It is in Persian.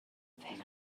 فکر